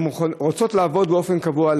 הן רוצות לעבוד באופן קבוע,